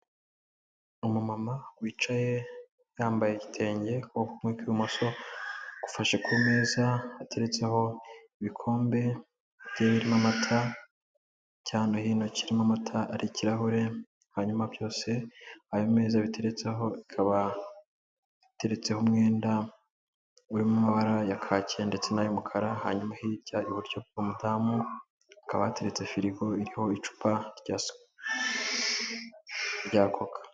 Umumama wicaye yambaye igitenge, ukuboko kumwe kw'imoso gufashe ku meza ateretseho ibikombe bigiye birimo n'amata, icya hano hino kirimo amata ari ikirahure, hanyuma byose ayo meza biteretseho akaba ateretseho umwenda urimo amabara ya kacyi ndetse n'ay'umukara, hanyuma hirya iburyo by'umudamu hakaba hateretse firigo iriho icupa rya Koka.